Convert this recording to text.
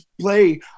play